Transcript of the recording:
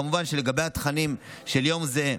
כמובן שלגבי התכנים של יום זה,